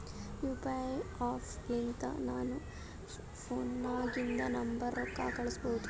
you P I app ಲಿಂತ ನಮ್ ಫೋನ್ನಾಗಿಂದ ನಂಬರ್ಗ ರೊಕ್ಕಾ ಕಳುಸ್ಬೋದ್